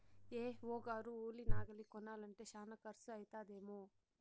AO గారు ఉలి నాగలి కొనాలంటే శానా కర్సు అయితదేమో